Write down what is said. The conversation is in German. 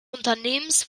unternehmens